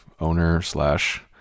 owner/slash